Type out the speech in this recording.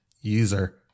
user